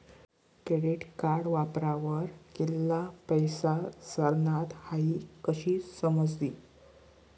credit card वापरावर कित्ला पैसा सरनात हाई कशं समजी